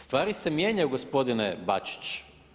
Stvari se mijenjaju gospodine Bačić.